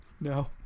no